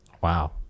wow